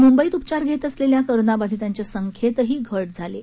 मुंबईत उपचार घेत असलेल्या कोरोनाबाधितांच्या संख्येतही घट झाली आहे